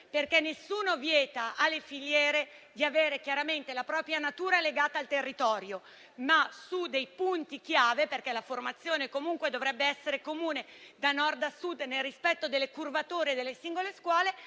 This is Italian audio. poiché nessuno vieta alle filiere di avere la propria natura legata al territorio, su dei punti chiave, però, la formazione dovrebbe essere comune da Nord a Sud, nel rispetto delle curvature delle singole scuole.